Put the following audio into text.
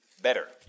better